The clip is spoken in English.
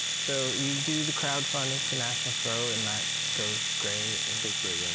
so you do the crowdfunding for national throat, and that goes great. goes great, yeah,